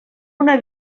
una